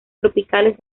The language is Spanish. tropicales